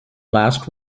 last